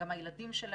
גם הילדים שלהם,